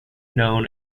known